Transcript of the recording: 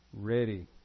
Ready